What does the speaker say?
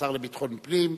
השר לביטחון הפנים.